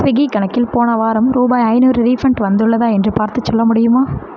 Swiggy கணக்கில் போன வாரம் ரூபாய் ஐநூறு ரீஃபண்ட் வந்துள்ளதா என்று பார்த்துச் சொல்ல முடியுமா